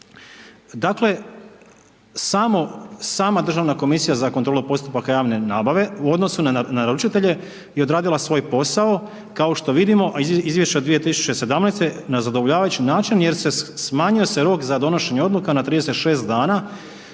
Dakle, sama Državna komisija za kontrolu postupaka javne nabave u odnosu na naručitelje je odradila svoj posao kao što vidimo iz izvješća 2017. na zadovoljavajući način jer smanjio se rok za donošenje odluka na 36 dana